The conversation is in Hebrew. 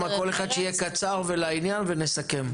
כל אחד שיהיה קצר ולעניין ונסכם.